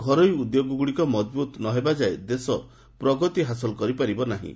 ଘରୋଇ ଉଦ୍ୟୋଗଗୁଡ଼ିକ ମଜଭୁତ ନ ହେବା ଯାଏଁ ଦେଶ ପ୍ରଗତି ହାସଲ କରିପାରିବ ନାହିଁ